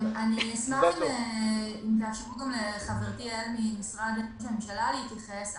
אשמח אם תאפשרו גם לחברתי יעל כהן ממשרד ראש הממשלה להתייחס.